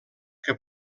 que